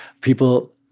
people